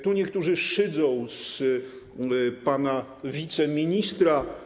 Tu niektórzy szydzą z pana wiceministra.